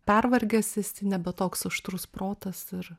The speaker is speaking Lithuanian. pervargęs esi nebe toks aštrus protas ir